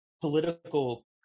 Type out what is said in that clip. political